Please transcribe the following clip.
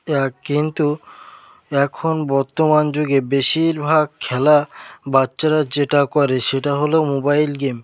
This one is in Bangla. এক কিন্তু এখন বর্তমান যুগে বেশিরভাগ খেলা বাচ্চারা যেটা করে সেটা হল মোবাইল গেম